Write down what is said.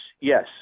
yes